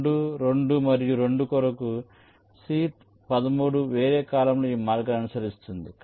N2 2 మరియు 2 కొరకు C13 వేరే కాలమ్లో ఈ మార్గాన్ని అనుసరిస్తుంది